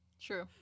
True